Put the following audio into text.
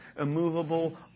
immovable